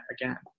again